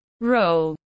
role